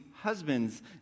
husband's